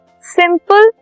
simple